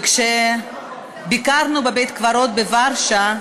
וכשביקרנו בבית-קברות בוורשה,